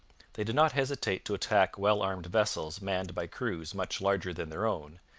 they did not hesitate to attack well-armed vessels manned by crews much larger than their own,